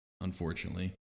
unfortunately